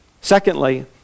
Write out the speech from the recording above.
Secondly